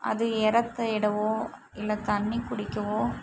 அது எரைத்தேடவோ இல்லை தண்ணிர் குடிக்கவோ